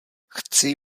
chci